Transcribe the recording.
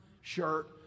shirt